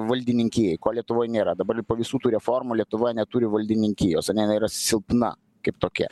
valdininkijai ko lietuvoj nėra dabar po ir visų tų reformų lietuva neturi valdininkijos yra silpna kaip tokia